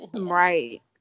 Right